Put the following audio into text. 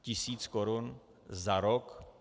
Tisíc korun za rok?